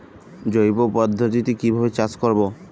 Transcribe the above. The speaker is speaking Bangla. জৈব পদ্ধতিতে কিভাবে চাষ করব?